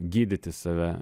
gydyti save